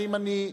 האם אני,